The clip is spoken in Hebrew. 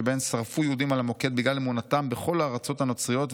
שבהן שרפו יהודים על המוקד בגלל אמונתם בכל הארצות הנוצריות,